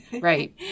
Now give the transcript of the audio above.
Right